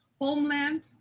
Homeland